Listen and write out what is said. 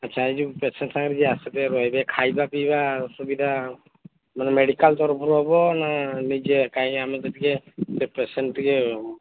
ଆଚ୍ଛା ଏଇ ଯୋଉ ପେସେଣ୍ଟ୍ ସାଙ୍ଗରେ ଯିଏ ଆସିବେ ରହିବେ ଖାଇବା ପିଇବା ଆଉ ସୁବିଧା ମାନେ ମେଡିକାଲ୍ ତରଫରୁ ହେବ ନା ନିଜେ କାଇଁ ଆମର ଟିକେ ପେସେଣ୍ଟ୍ ଟିକେ